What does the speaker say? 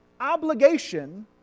obligation